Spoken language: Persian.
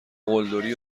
قلدری